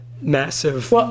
massive